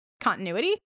continuity